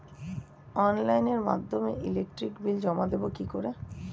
অনলাইনের মাধ্যমে electric bill জমা দেবো কি করে?